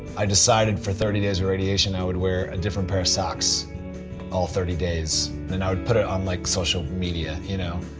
i decided for thirty days of radiation i would wear a different pair of socks all thirty days. and and i would put it on like social media you know